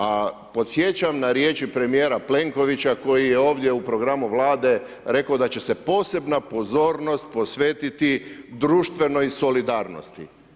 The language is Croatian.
A podsjećam na riječi premijera Plenkovića koji je ovdje u programu Vlade rekao da će se posebna pozornost posvetiti društvenoj solidarnosti.